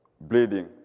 bleeding